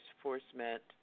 enforcement